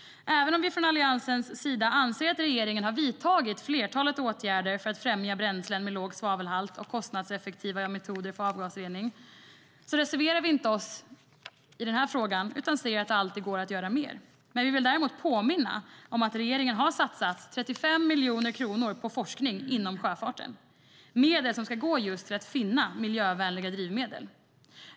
Även om vi från Alliansens sida anser att regeringen har vidtagit flertalet åtgärder för att främja bränslen med låg svavelhalt och kostnadseffektiva metoder för avgasrening reserverar vi oss inte i den här frågan. Vi ser att det alltid går att göra mer. Vi vill däremot påminna om att regeringen har satsat 35 miljoner kronor på forskning inom sjöfarten. Det är medel som ska gå just till att finna miljövänliga drivmedel.